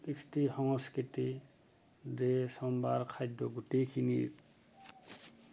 কৃষ্টি সংস্কৃতি সম্ভাৰ খাদ্য গোটেইখিনিৰ